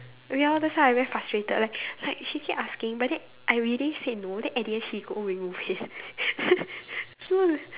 ya that's why I very frustrated like like she keep asking but then I already said no then at the end she go remove it